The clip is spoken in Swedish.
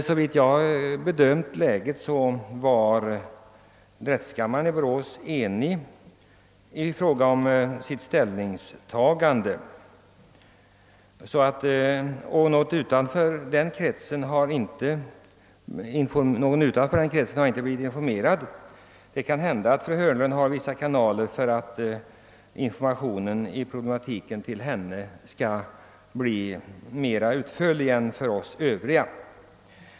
Såvitt jag kunnat bedöma läget rätt var drätselkammaren i Borås enig i fråga om sitt ställningstagande, Utanför denna krets har inte någon blivit informerad,. Det kan hända att fru Hörnlund har vissa kanaler för att informationen till henne skall bli mera utförlig än till oss övriga.